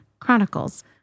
Chronicles